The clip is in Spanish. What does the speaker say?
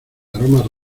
aromas